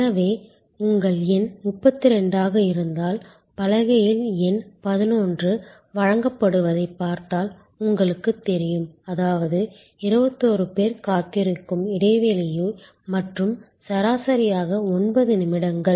எனவே உங்கள் எண் 32 ஆக இருந்தால் பலகையில் எண் 11 வழங்கப்படுவதைப் பார்த்தால் உங்களுக்குத் தெரியும் அதாவது 21 பேர் காத்திருக்கும் இடைவெளி மற்றும் சராசரியாக 9 நிமிடங்கள்